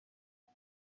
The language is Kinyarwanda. ubu